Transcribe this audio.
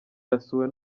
yasuwe